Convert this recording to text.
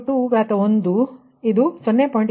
79 ಎಂದು ನೋಡಬಹುದು